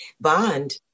bond